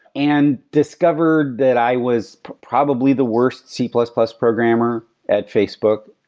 and discovered that i was probably the worst c plus plus programmer at facebook.